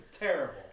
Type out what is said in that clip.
terrible